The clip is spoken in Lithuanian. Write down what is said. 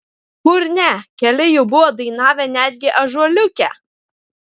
kur ne keli jų buvo dainavę netgi ąžuoliuke